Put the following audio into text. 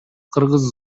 кыргыз